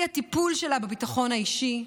אי-הטיפול שלה בביטחון האישי,